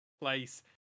place